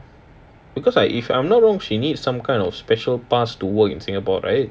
because I if I'm not wrong she needs some kind of special pass to work in singapore right